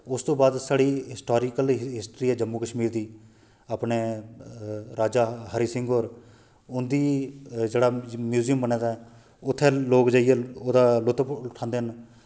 उस तू बाद साढ़ी हिस्टारीकल हिस्टरी ऐ जम्मू कश्मीर दी अपने राजा हरी सिंह होर उंदी जेह्ड़ा म्यूजियम बने दा ऐ उत्थै लोक जेइयै ओह्दा लुत्फ उठांदे न